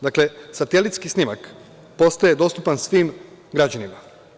Dakle, satelitski snimak postoje dostupan svim građanima.